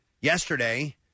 yesterday